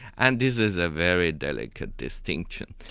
and this is a very delicate distinction,